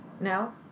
No